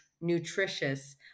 nutritious